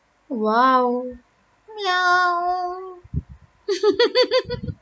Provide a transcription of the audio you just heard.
!wow! meow